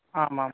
आम् आम्